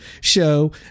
show